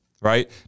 right